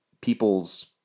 people's